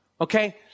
okay